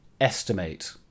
estimate